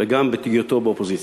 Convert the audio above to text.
וגם בהיותו באופוזיציה.